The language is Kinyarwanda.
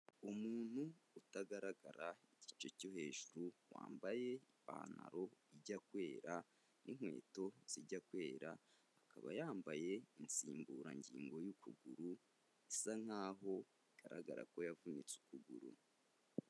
Umuntu utagaragara igice cyo hejuru wambaye ipantaro ijya kwera ninkweto zijya kwera akaba yambaye insimburangingo y'ukuguru isa nkaho igaragara ko yavunitse ukuguru.